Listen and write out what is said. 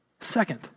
Second